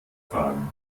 fahren